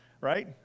right